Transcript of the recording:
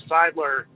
Seidler